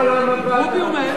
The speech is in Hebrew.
לא לא לא, אנחנו נותנים לו שתי דקות.